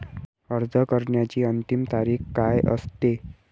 अर्ज करण्याची अंतिम तारीख काय असते?